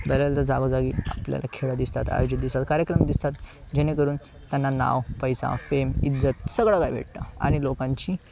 बऱ्याचदा जागोजागी आपल्याला खेळ दिसतात आयोजित दिसत आहे कार्यक्रम दिसतात जेणेकरून त्यांना नाव पैसा फेम इज्जत सगळं काय भेटतं आणि लोकांची